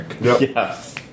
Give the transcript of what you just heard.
Yes